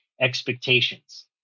expectations